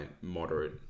moderate